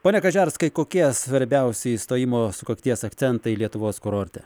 pone kažerskai kokie svarbiausi įstojimo sukakties akcentai lietuvos kurorte